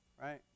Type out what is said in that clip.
right